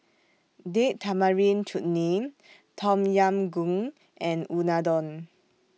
Date Tamarind Chutney Tom Yam Goong and Unadon